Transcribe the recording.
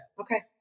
Okay